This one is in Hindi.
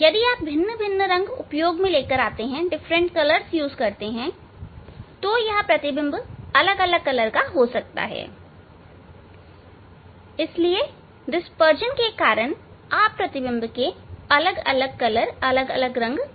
यदि आप भिन्न भिन्न रंग उपयोग में लेते हैं तो वह प्रतिबिंब भिन्न भिन्न तरह का हो सकता है इसलिए डिस्परजन के कारण आप प्रतिबिंब के अलग अलग रंग देख सकते हैं